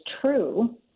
true